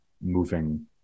moving